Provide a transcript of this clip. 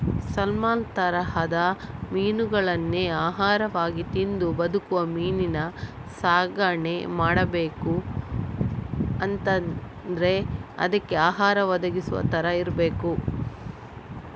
salmon ತರದ ಮೀನುಗಳನ್ನೇ ಆಹಾರವಾಗಿ ತಿಂದು ಬದುಕುವ ಮೀನಿನ ಸಾಕಣೆ ಮಾಡ್ಬೇಕು ಅಂತಾದ್ರೆ ಅದ್ಕೆ ಆಹಾರ ಒದಗಿಸುವ ತರ ಇರ್ಬೇಕು